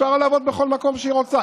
בכל מקום שהיא רוצה.